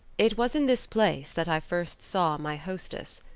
it was in this place that i first saw my hostess.